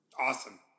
Awesome